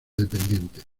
dependiente